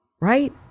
Right